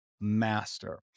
master